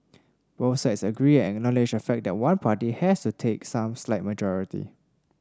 both sides agree and acknowledge the fact that one party has to take some slight majority